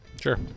Sure